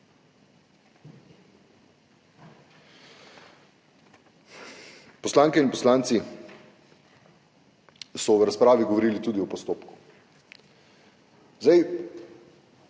Poslanke in poslanci so v razpravi govorili tudi o postopku. Z